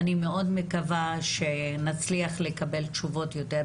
אני מאוד מקווה שנצליח לקבל תשובות יותר ברורות,